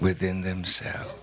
within themselves